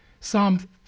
Psalm